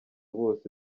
bose